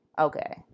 Okay